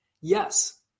Yes